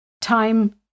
time